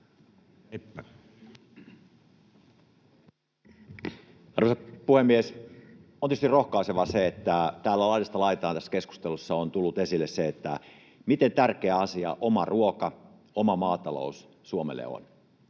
Arvoisa puhemies! On tietysti rohkaisevaa, että laidasta laitaan tässä keskustelussa on tullut esille, miten tärkeä asia oma ruoka ja oma maatalous Suomelle on.